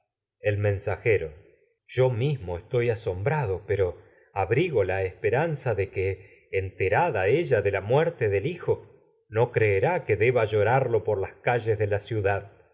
el mensajero yo mismo estoy asombrado pero abrigo la esperanza de del que enterada ella de la muerte llorarlo a casa por hijo no creerá que deba las calles de a la ciudad